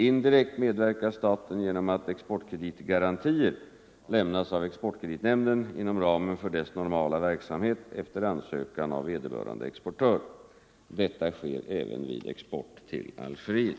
Indirekt medverkar staten genom att exportkreditgarantier lämnas av exportkreditnämnden inom ramen för dess normala verksamhet efter ansökan av vederbörande exportör. Detta sker även vid export till Algeriet.